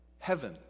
heaven